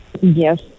Yes